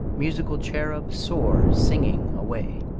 musical cherub, soar, singing, away!